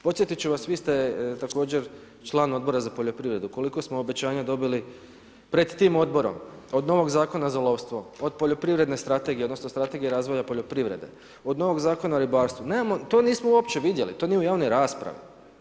Podsjetit ću vas vi ste također član Odbora za poljoprivredu koliko smo obećanja dobili pred tim odborom, od novog Zakona za lovstvo, od Poljoprivredne strategije odnosno Strategije razvoja poljoprivrede, od novog Zakona o ribarstvu, to nismo uopće vidjeli, to nije u javnoj raspravi.